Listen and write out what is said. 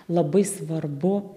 labai svarbu